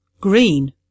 Green